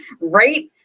Right